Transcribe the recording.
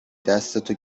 دستتو